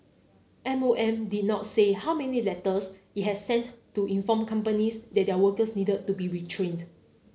M O M did not say how many letters it had sent to inform companies that their workers needed to be retrained